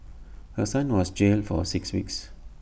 her son was jailed for six weeks